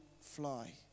fly